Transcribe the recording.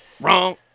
Wrong